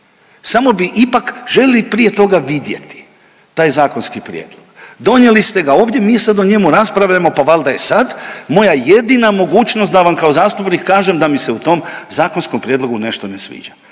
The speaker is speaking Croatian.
samo bi ipak želili prije toga vidjeti taj zakonski prijedlog. Donijeli ste ga ovdje, mi sad o njemu raspravljamo pa valjda je sad moja jedina mogućnost da vam kao zastupnik kažem da mi se u tom zakonskom prijedlogu nešto ne sviđa.